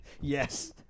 Yes